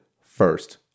first